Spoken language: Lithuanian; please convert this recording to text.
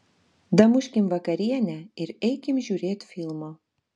damuškim vakarienę ir eikim žiūrėt filmo